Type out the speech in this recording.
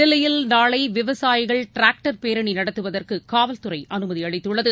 தில்லியில் நாளை விவசாயிகள் டிராக்டர் பேரணி நடத்துவதற்கு காவல்துறை அனுமதி அளித்துள்ளது